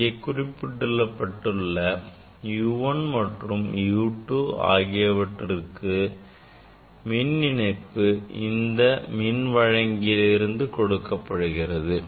இங்கே குறிப்பிடப்பட்டுள்ள U1 மற்றும் U2 ஆகியவற்றுக்கு மின் இணைப்பு இந்த மின் வழங்கியில் இருந்து கொடுக்கப்படுகிறது